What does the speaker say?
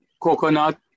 Coconut